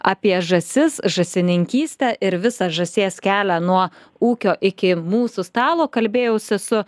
apie žąsis žąsininkystę ir visą žąsies kelią nuo ūkio iki mūsų stalo kalbėjausi su